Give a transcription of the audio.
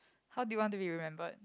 how do you want to be remembered